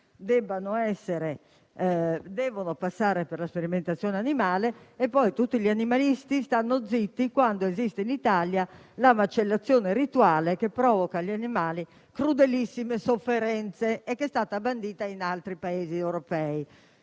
neurotrofici, debba passare per la sperimentazione animale e poi tutti gli animalisti stanno zitti quando esiste in Italia la macellazione rituale, che provoca agli animali crudelissime sofferenze ed è stata bandita in altri Paesi europei.